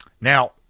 Now